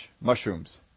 mushrooms